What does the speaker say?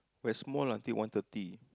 West Mall until one thirty